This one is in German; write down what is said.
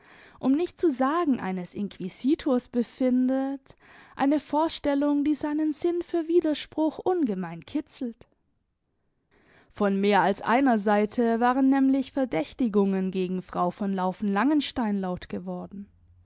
um nicht zu sagen eines inquisitors befindet eine vorstellung die seinen sinn für widerspruch ungemein kitzelt von mehr als einer seite waren nämlich verdächtigungen gegen frau von laufen langenstein laut geworden